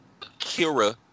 Kira